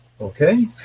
Okay